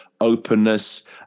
openness